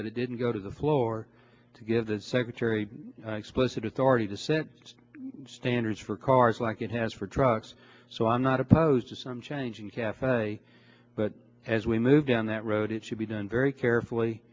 but it didn't go to the floor to give the secretary explicit authority to set standards for cars like it has for trucks so i'm not opposed to some change in cafe but as we move down that road it should be done very